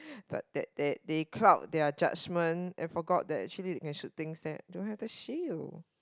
but that they they cloud their judgement and forgot that they actually can shoot things then don't have the shield